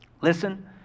listen